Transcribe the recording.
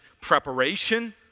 Preparation